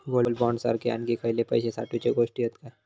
Gold bond सारखे आणखी खयले पैशे साठवूचे गोष्टी हत काय?